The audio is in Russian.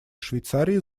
швейцарии